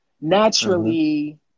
naturally